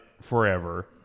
forever